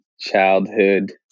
childhood